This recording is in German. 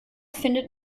findet